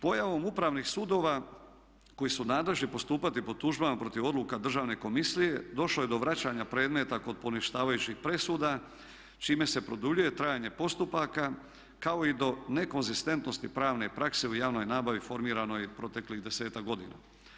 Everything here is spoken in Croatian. Pojavom upravnih sudova koji su nadležni postupati po tužbama protiv odluka Državne komisije došlo je do vraćanja predmeta kod poništavajućih presuda čime se produljuje trajanje postupaka kao i do nekonzistentnosti pravne prakse u javnoj nabavi formiranoj proteklih 10-ak godina.